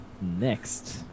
next